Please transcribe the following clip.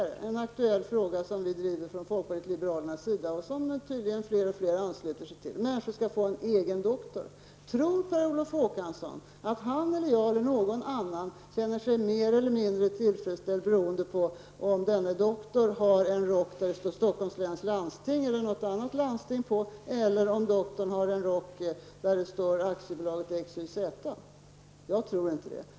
Det är en aktuell fråga som vi i folkpartiet liberalerna driver och som fler och fler ansluter sig till. Människor skall få en egen doktor. Tror Per Olof Håkansson att han, jag eller någon annan känner sig mer eller mindre tillfredsställd beroende på om denne doktor har en rock som det står Stockholms läns landsting eller något annat landstingsnamn på eller om doktorn har en rock som det står AB XYZ på? Jag tror inte det.